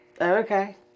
Okay